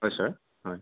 হয় ছাৰ হয়